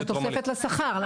כי זו תוספת לשכר.